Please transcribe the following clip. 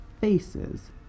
Faces